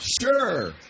sure